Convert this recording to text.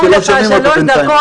שלוש דקות,